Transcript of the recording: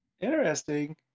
Interesting